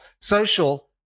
social